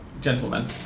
gentlemen